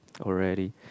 already